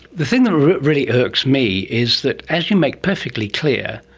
the thing that really irks me is that as you make perfectly clear,